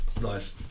Nice